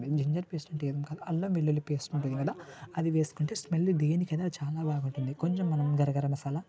ginger paste అంటే ఏం కాదు అల్లం వెల్లుల్లి పేస్ట్ ఉంటుంది కదా అది వేసుకుంటే స్మెల్ దేనికైనా చాలా బాగుంటుంది కొంచెం మనం గరం మసాలా